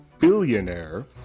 Billionaire